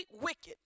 wicked